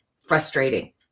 frustrating